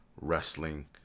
wrestling